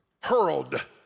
hurled